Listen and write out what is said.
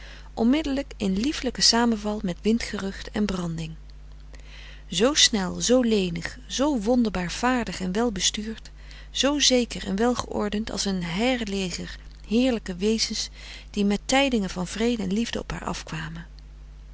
onmiddelijk in lieflijken samenval met windgerucht en branding zoo snel zoo lenig zoo wonderbaar vaardig en welbestuurd zoo zeker en welgeordend als een heirleger heerlijke wezens die met tijdingen van vrede en liefde op haar afkwamen